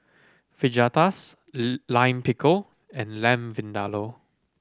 Fajitas Lime Pickle and Lamb Vindaloo